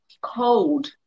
cold